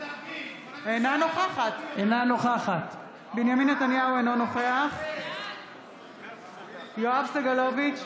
אינו נוכח יואב סגלוביץ'